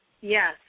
Yes